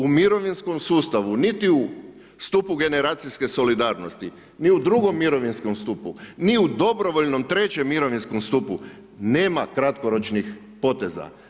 U mirovinskom sustavu niti u stupu generacijske solidarnosti, ni u drugom mirovinskom stupu, ni u dobrovoljnom trećem mirovinskom stupu nema kratkoročnih poteza.